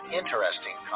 interesting